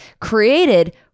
created